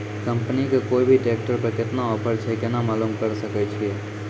Company के कोय भी ट्रेक्टर पर केतना ऑफर छै केना मालूम करऽ सके छियै?